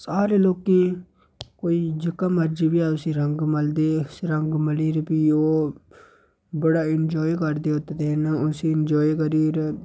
सारे लोकें कोई जगह् मर्जी बी उसी रंग मलदे रंग मली री फिर ओह् बड़ा इंजाय करदे ते उत्त दिन उसी इंजाय करी र